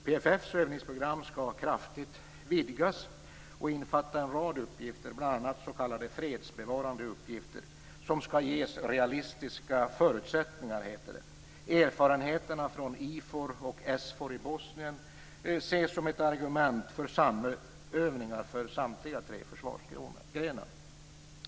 PFF:s övningsprogram skall kraftigt vidgas och innefatta en rad uppgifter, bl.a. blir det s.k. fredsbevarande uppgifter som skall ges realistiska förutsättningar, heter det. Erfarenheterna från IFOR och SFOR i Bosnien ses som ett argument för samövningar för samtliga tre försvarsgrenar.